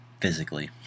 physically